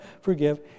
forgive